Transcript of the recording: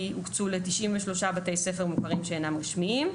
הוקצו לכ-93 בתי ספר מוכרים שאינם רשמיים.